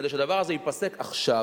כדי שהדבר הזה ייפסק עכשיו,